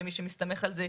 ומי שמסתמך על זה,